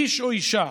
איש או אישה,